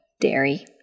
dairy